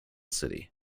city